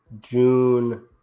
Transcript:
june